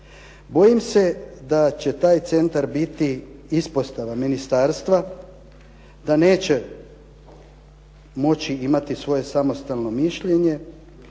Bojim se da će taj centar biti ispostava ministarstva da neće moći imati svoje samostalno mišljenje,